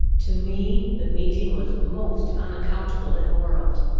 to me the meeting was most unaccountable in the world.